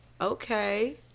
okay